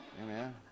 Amen